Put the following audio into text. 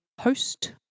host